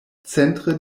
centre